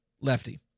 Lefty